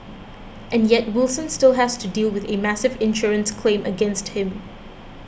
and yet Wilson still has to deal with a massive insurance claim against him